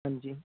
ਹਾਂਜੀ